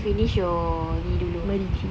you finish your ni dulu